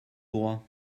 droit